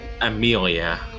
Amelia